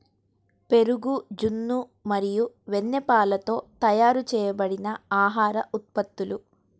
పెరుగు, జున్ను మరియు వెన్నపాలతో తయారు చేయబడిన ఆహార ఉత్పత్తులు